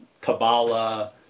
Kabbalah